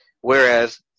Whereas